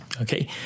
Okay